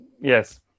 Yes